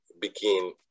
begin